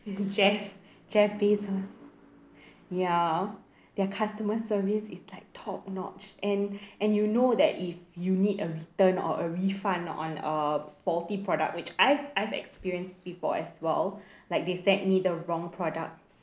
jeff jeff bezos ya their customer service is like top notch and and you know that if you need a return or a refund on a faulty product which I've I've experienced before as well like they sent me the wrong product